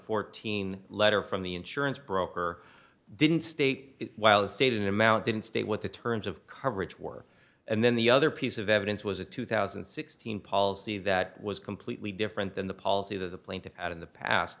fourteen letter from the insurance broker didn't state while the state in amount didn't state what the terms of coverage were and then the other piece of evidence was a two thousand and sixteen policy that was completely different than the policy that the plaintiff out in the past